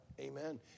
Amen